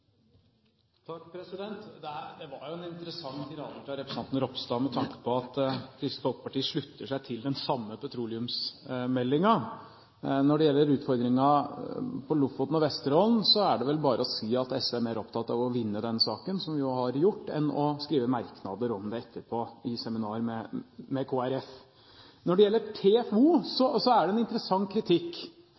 Det var en interessant tirade fra representanten Ropstad med tanke på at Kristelig Folkeparti slutter seg til den samme petroleumsmeldingen. Når det gjelder utfordringen rundt Lofoten og Vesterålen, er det vel bare å si at SV er mer opptatt av å vinne den saken, som vi jo har gjort, enn av å skrive merknader om det etterpå i seminar med Kristelig Folkeparti. Når det gjelder TFO, er det en interessant kritikk.